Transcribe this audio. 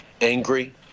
angry